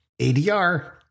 ADR